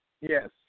Yes